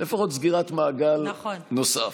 לפחות סגירת מעגל נוסף.